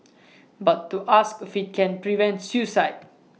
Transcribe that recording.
but to ask if IT can prevent suicide